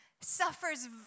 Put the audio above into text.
suffers